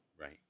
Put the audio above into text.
Right